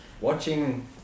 watching